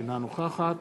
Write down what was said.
אינה נוכחת